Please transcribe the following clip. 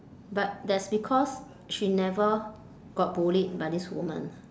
but that's because she never got bullied by this woman